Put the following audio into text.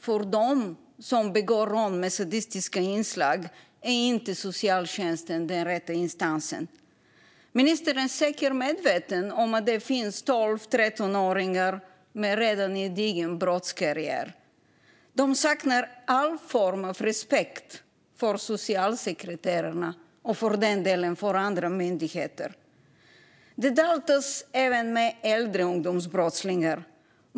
För dem som begår rån med sadistiska inslag är inte socialtjänsten den rätta instansen. Ministern är säkert medveten om att det finns 12-13-åringar med en redan gedigen brottskarriär. De saknar all form av respekt för socialsekreterare och för andra myndigheter. Det daltas även med äldre ungdomsbrottslingar.